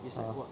ah